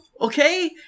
okay